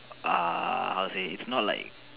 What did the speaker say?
ah how to say it's not like